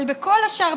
אבל בכל השאר,